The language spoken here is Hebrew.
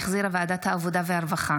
שהחזירה ועדת העבודה והרווחה,